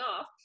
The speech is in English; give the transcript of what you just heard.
off